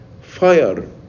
fire